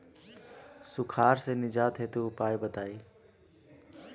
सुखार से निजात हेतु उपाय बताई?